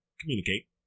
communicate